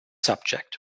subject